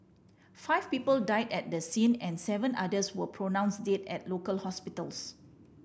five people died at the scene and seven others were pronounce dead at local hospitals